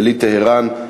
יליד טהרן,